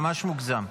ממש מוגזם.